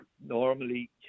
normally